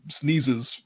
sneezes